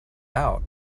out